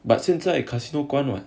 but 现在 casino 关 [what]